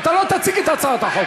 באחדות מנצחים כל דבר.